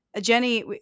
Jenny